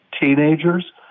teenagers